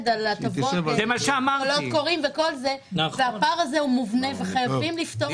על הטבות --- הפער הזה הוא מובנה וחייבים לפתור אותו.